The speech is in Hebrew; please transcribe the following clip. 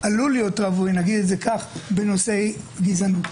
עלול להיות רווי בנושאי גזענות.